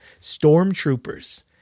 stormtroopers